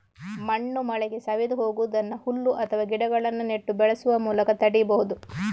ಮಣ್ಣು ಮಳೆಗೆ ಸವೆದು ಹೋಗುದನ್ನ ಹುಲ್ಲು ಅಥವಾ ಗಿಡಗಳನ್ನ ನೆಟ್ಟು ಬೆಳೆಸುವ ಮೂಲಕ ತಡೀಬಹುದು